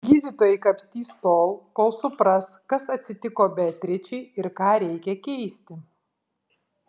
gydytojai kapstys tol kol supras kas atsitiko beatričei ir ką reikia keisti